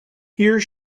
here